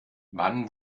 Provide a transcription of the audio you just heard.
wann